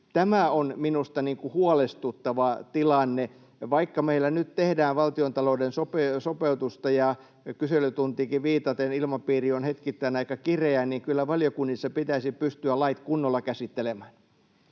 Tämä on minusta huolestuttava tilanne. Vaikka meillä nyt tehdään valtiontalouden sopeutusta ja kyselytuntiinkin viitaten ilmapiiri on hetkittäin aika kireä, niin kyllä valiokunnissa pitäisi pystyä lait kunnolla käsittelemään.